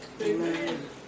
Amen